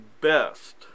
best